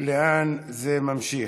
לאן זה ממשיך.